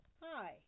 Hi